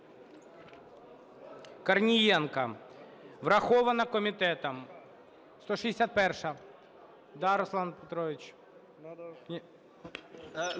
Корнієнко. Врахована комітетом. 161-а. Да, Руслан Петрович.